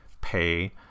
pay